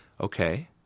okay